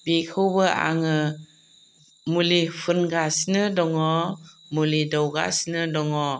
बेखौबो आङो मुलि फुनगासिनो दङ मुलि दौगासिनो दङ